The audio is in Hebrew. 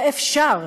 ואפשר.